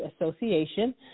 association